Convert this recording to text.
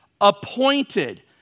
appointed